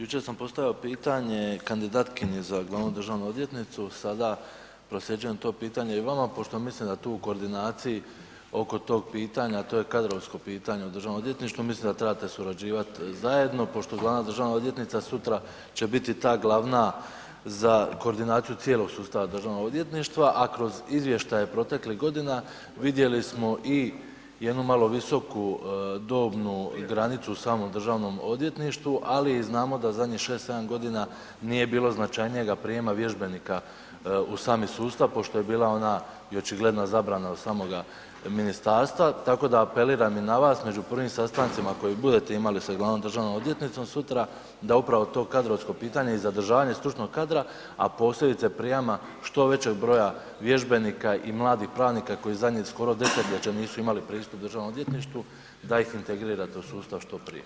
Jučer sam postavio pitanje kandidatkinji za glavnu državnu odvjetnicu, sada prosljeđujem to pitanje i vama pošto mislim da tu u koordinaciji oko tog pitanja, to je kadrovsko pitanje u DORH-u, mislim da trebate surađivati zajedno pošto glavna državna odvjetnica sutra će biti ta glavna za koordinaciju cijelog sustava Državnog odvjetništva, a kroz izvještaje proteklih godina vidjeli smo i jednu malo visoku dobnu granicu u samom DORH-u, ali znamo da zadnjih 6, 7 godina nije bilo značajnijega prijema vježbenika u sami sustav pošto je bila ona i očigledna zabrana od samoga ministarstva, tako da apeliram na vas, među prvim sastancima koje budete imali sa glavnom državnom odvjetnicom sutra, da upravo to kadrovsko pitanje i zadržavanje stručnog kadra, a posebice prijama što većeg broja vježbenika i mladih pravnika koji zadnjih, skoro desetljeće nisu imali pristup DORH-u da ih integrirate u sustav što prije.